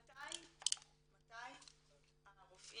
מתי הרופאים,